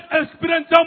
experience